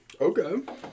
Okay